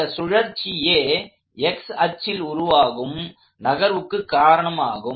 இந்த சுழற்சியே x அச்சில் உருவாகும் நகர்வுக்கு காரணமாகும்